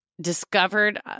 discovered